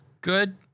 good